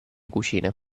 cucine